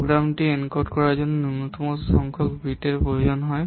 প্রোগ্রামটি এনকোড করার জন্য ন্যূনতম সংখ্যক বিটের প্রয়োজন হয়